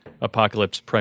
apocalypse